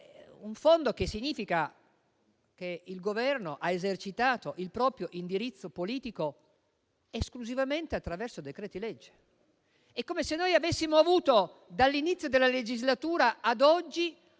toccare, significa che il Governo ha esercitato il proprio indirizzo politico esclusivamente attraverso decreti-legge. È come se noi avessimo avuto, dall'inizio della legislatura ad oggi,